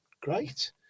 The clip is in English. Great